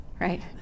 right